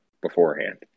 beforehand